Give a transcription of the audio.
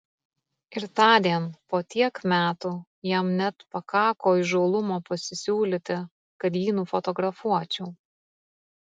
ir tądien po tiek metų jam net pakako įžūlumo pasisiūlyti kad jį nufotografuočiau